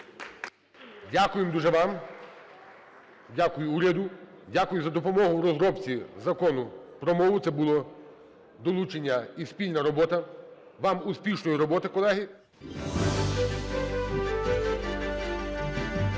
Дякуємо дуже вам. Дякую уряду. Дякую за допомогу в розробці Закону про мову, це було долучення і спільна робота. Вам успішної роботи, колеги.